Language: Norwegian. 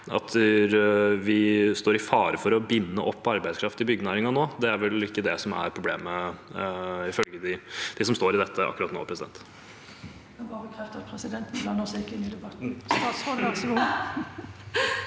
at vi står i fare for å binde opp arbeidskraft i byggenæringen nå? Det er vel ikke det som er problemet, ifølge dem som står i dette akkurat nå? Statsråd